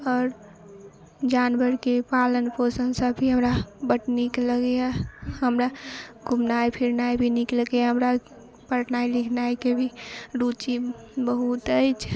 आओर जानवर के पालन पोषण सब भी हमरा बड नीक लगैया हमरा घूमनाइ फिरनाइ भी नीक लगैया हमरा पढ़नाइ लिखनाइ के भी रुचि बहुत अछि